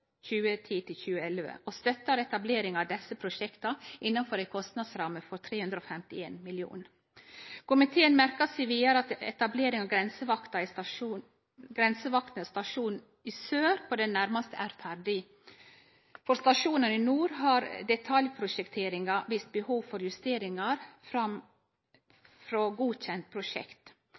og støttar etableringa av desse prosjekta innanfor ei kostnadsramme på 351 mill. kr. Komiteen merkar seg vidare at etableringa av grensevakta sin stasjon i sør på det nærmaste er ferdig. For stasjonen i nord har detaljprosjekteringa vist behov for justeringar frå det godkjende prosjekt.